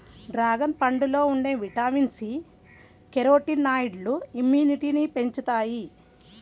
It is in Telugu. డ్రాగన్ పండులో ఉండే విటమిన్ సి, కెరోటినాయిడ్లు ఇమ్యునిటీని పెంచుతాయి